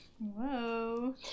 Whoa